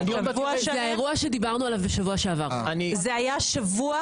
זה היה שבוע?